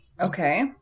Okay